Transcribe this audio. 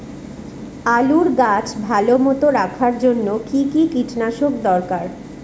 আলুর গাছ ভালো মতো রাখার জন্য কী কী কীটনাশক দরকার?